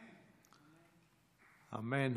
אמן.